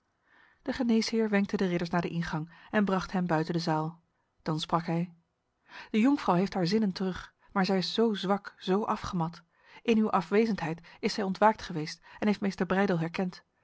de geneesheer wenkte de ridders naar de ingang en bracht hen buiten de zaal dan sprak hij de jonkvrouw heeft haar zinnen terug maar zij is zo zwak zo afgemat in uw afwezendheid is zij ontwaakt geweest en heeft meester breydel herkend